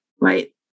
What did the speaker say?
right